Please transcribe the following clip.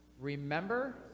remember